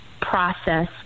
process